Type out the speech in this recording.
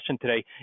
today